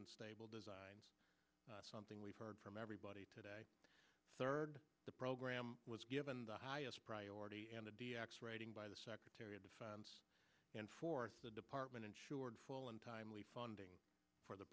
and stable designs something we've heard from everybody today third the program was given the highest priority and the d x rating by the secretary of defense and for the department ensured full and timely funding for the